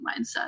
mindset